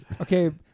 Okay